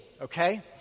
okay